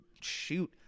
shoot